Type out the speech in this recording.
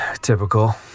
Typical